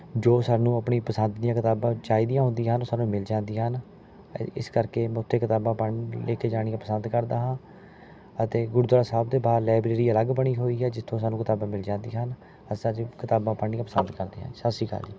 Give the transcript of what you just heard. ਜੋ ਸਾਨੂੰ ਆਪਣੀ ਪਸੰਦ ਦੀਆਂ ਕਿਤਾਬਾਂ ਚਾਹੀਦੀਆਂ ਹੁੰਦੀਆਂ ਹਨ ਸਾਨੂੰ ਮਿਲ ਜਾਂਦੀਆਂ ਹਨ ਇ ਇਸ ਕਰਕੇ ਮੈਂ ਉੱਥੇ ਕਿਤਾਬਾਂ ਪੜ੍ਹਨ ਲੈ ਕੇ ਜਾਣੀਆਂ ਪਸੰਦ ਕਰਦਾ ਹਾਂ ਅਤੇ ਗੁਰਦੁਆਰਾ ਸਾਹਿਬ ਦੇ ਬਾਹਰ ਲਾਇਬ੍ਰੇਰੀ ਅਲੱਗ ਬਣੀ ਹੋਈ ਹੈ ਜਿੱਥੋਂ ਸਾਨੂੰ ਕਿਤਾਬਾਂ ਮਿਲ ਜਾਂਦੀਆਂ ਹਨ ਅਸੀਂ ਜੀ ਕਿਤਾਬਾਂ ਪੜ੍ਹਨੀਆਂ ਪਸੰਦ ਕਰਦੇ ਹਾਂ ਸਤਿ ਸ਼੍ਰੀ ਅਕਾਲ ਜੀ